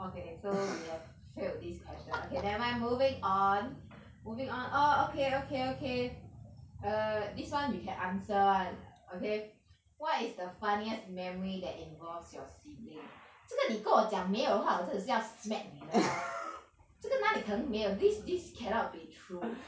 okay so we have failed this question okay never mind moving on moving on oh okay okay okay err this [one] you can answer [one] okay what is the funniest memory that involves your sibling 如果你跟我讲没有的话我真的是要 smack 你 lor 这个哪里可能没有 this this cannot be true